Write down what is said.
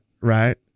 right